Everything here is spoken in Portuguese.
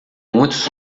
muitos